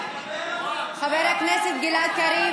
חבר הכנסת גלעד קריב.